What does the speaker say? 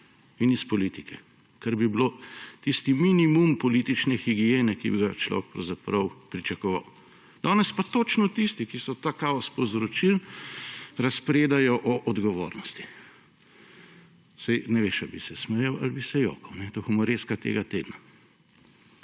in iz politike. Kar bi bil tisti minimum politične higiene, ki bi ga človek pravzaprav pričakoval. Danes pa točno tisti, ki so ta kaos povzročili, razpredajo o odgovornosti. Saj ne veš, ali bi se smejal ali bi se jokal. To je humoreska tega tedna.